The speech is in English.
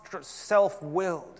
self-willed